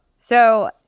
So-